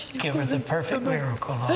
give her the perfect miracle.